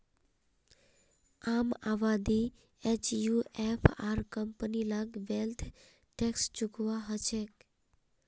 आम आदमी एचयूएफ आर कंपनी लाक वैल्थ टैक्स चुकौव्वा हछेक